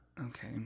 Okay